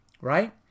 Right